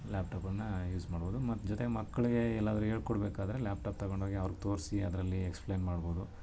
ಲ್ಯಾಪ್ಟಾಪನ್ನ use ಮಾಡ್ಬೋದು ಮತ್ತು ಜೊತೆಗೆ ಮಕ್ಕಳಿಗೆ ಎಲ್ಲಾದರೂ ಹೇಳ್ಕೊಡ್ಬೇಕಾದರೆ ಲ್ಯಾಪ್ಟಾಪ್ ತೆಗೊಂಡು ಹೋಗಿ ಅವ್ರಿಗೆ ತೋರಿಸಿ ಅದರಲ್ಲಿ ಎಕ್ಸ್ಪ್ಲೇನ್ ಮಾಡ್ಬೋದು